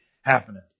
happening